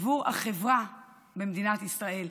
עבור החברה במדינת ישראל,